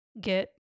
get